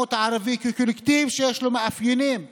במיעוט הערבי כקולקטיב שיש לו מאפיינים ייחודיים,